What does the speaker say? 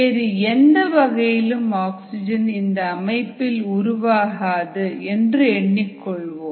வேறு எந்த வகையிலும் ஆக்சிஜன் இந்த அமைப்பில் உருவாகாது என்று எண்ணிக் கொள்வோம்